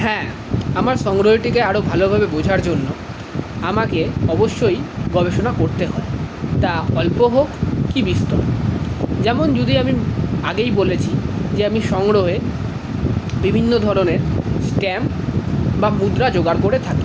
হ্যাঁ আমার সংগ্রহটিকে আরো ভালোভাবে বোঝার জন্য আমাকে অবশ্যই পড়াশোনা করতে হয় তা অল্প হোক কি বেশি যেমন যুগে আমি আগেই বলছি যে আমি সংগ্রহে বিভিন্ন ধরণের স্ট্যাম্প বা মুদ্রা জোগাড় করে থাকি